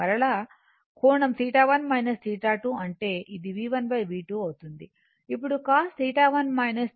మరలా కోణం θ1 θ2 అంటే ఇది V1V2 అవుతుంది అప్పుడు cos θ1 θ2 j sin θ1 θ2